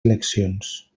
eleccions